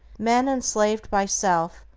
men, enslaved by self,